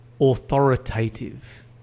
authoritative